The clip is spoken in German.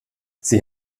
sie